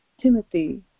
Timothy